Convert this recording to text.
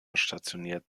stationiert